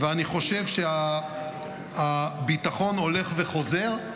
אני חושב שהביטחון הולך וחוזר.